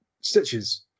stitches